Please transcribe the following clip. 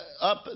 up